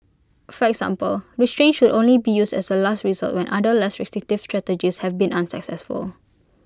for example restraints should only be used as A last resort when other less restrictive strategies have been unsuccessful